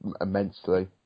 immensely